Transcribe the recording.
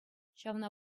ҫавна